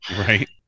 right